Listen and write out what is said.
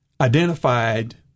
identified